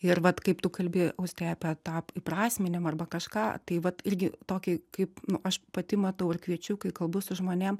ir vat kaip tu kalbi austėja apie tą įprasminimą arba kažką tai vat irgi tokį kaip aš pati matau ir kviečiu kai kalbu su žmonėm